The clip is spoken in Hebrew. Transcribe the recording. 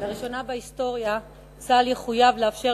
לראשונה בהיסטוריה צה"ל יחויב לאפשר